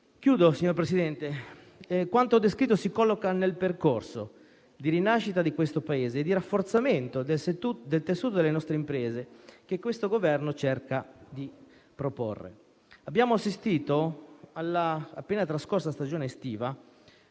avvio a concludere. Quanto descritto si colloca nel percorso di rinascita del nostro Paese e di rafforzamento del tessuto delle nostre imprese, che questo Governo cerca di proporre. Abbiamo assistito nell'appena trascorsa stagione estiva